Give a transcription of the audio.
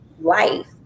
life